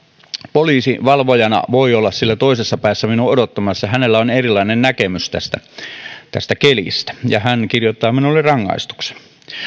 poliisi valvojana voi olla siellä toisessa päässä minua odottamassa hänellä on erilainen näkemys tästä tästä kelistä ja hän kirjoittaa minulle rangaistuksen